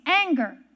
anger